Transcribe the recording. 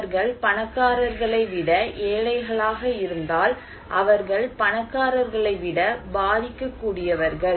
அவர்கள் பணக்காரர்களை விட ஏழைகளாக இருந்தால் அவர்கள் பணக்காரர்களை விட பாதிக்கப்படக்கூடியவர்கள்